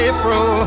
April